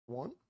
one